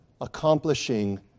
accomplishing